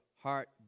heart